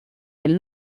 del